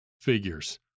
figures